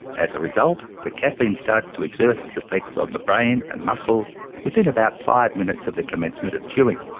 as a result the caffeine starts to exert its effects on the brain and muscles within about five minutes of the commencement of chewing.